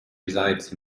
resides